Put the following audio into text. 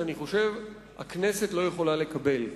שאני חושב שהכנסת לא יכולה לקבל.